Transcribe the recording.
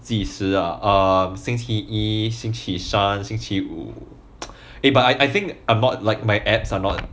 几时 ah um 星期一星期三星期五 eh but I I think I'm not like my abs are not